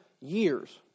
years